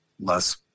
less